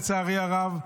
לצערי הרב,